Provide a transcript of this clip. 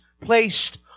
placed